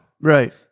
Right